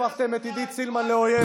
הפכתם את עידית סילמן לאויב,